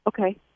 okay